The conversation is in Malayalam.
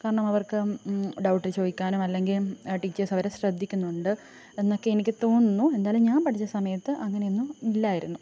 കാരണം അവർക്ക് ഡൗട്ട് ചോദിക്കാനും അല്ലെങ്കിൽ ടീച്ചേർസ് അവരെ ശ്രദ്ധിക്കുന്നുണ്ട് എന്നൊക്കെ എനിക്ക് തോന്നുന്നു എന്തയാലും ഞാൻ പഠിച്ച സമയത്ത് അങ്ങനെയൊന്നും ഇല്ലായിരുന്നു